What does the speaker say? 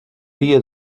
dia